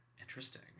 Interesting